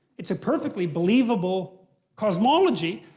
it's a perfectly believable cosmology.